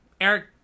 Eric